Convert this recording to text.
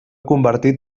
convertir